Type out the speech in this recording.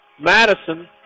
Madison